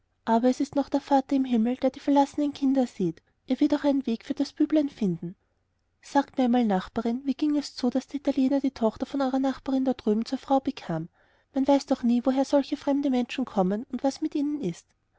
aber es ist noch ein vater im himmel der die verlassenen kinder sieht er wird auch einen weg für das büblein finden sagt mir einmal nachbarin wie ging es zu daß der italiener die tochter von eurer nachbarin da drüben zur frau bekam man weiß doch nie woher solche fremde menschen kommen und was mit ihnen ist